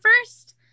first